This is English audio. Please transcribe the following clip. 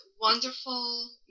wonderful